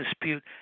dispute